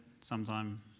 sometime